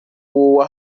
w’uwo